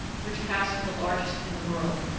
which passed for the largest in the world.